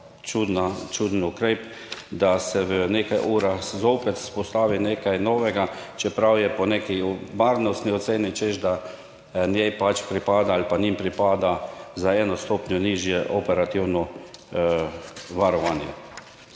čudna, čuden ukrep, da se v nekaj urah zopet vzpostavi nekaj novega, čeprav je po neki varnostni oceni, češ, da njej pač pripada ali pa njim pripada za eno stopnjo nižje operativno varovanje.